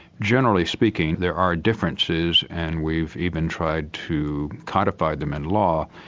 generally speaking there are differences, and we've even tried to codify them in law,